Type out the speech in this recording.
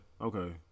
Okay